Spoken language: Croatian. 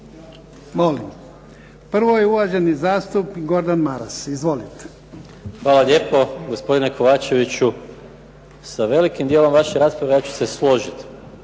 replike. Prvo je uvaženi zastupnik Gordan Maras. Izvolite. **Maras, Gordan (SDP)** Hvala lijepo. Gospodine Kovačeviću, sa velikim djelom vaše rasprave ja ću se složiti,